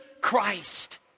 Christ